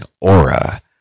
aura